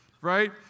right